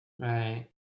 Right